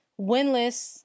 winless